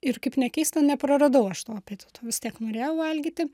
ir kaip nekeista nepraradau aš to apetito vis tiek norėjau valgyti